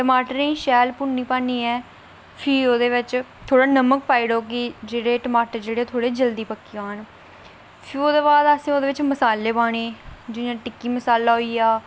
टमाटरे गी शैल भुन्नी भन्नियै फ्ही ओहदे बिच थोह्ड़ा नमक पाई ओड़ो कि टमाटर जेहड़े थोह्ड़े जल्दी पक्की जाह्न फ्ही ओहदे बाद असें मसाले पाने जि'यां टिक्की मसाला होई गेआ